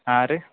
ಹಾಂ ರೀ